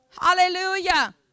Hallelujah